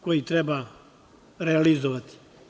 koji treba realizovati.